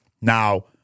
now